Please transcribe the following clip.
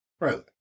Right